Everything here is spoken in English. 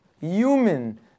human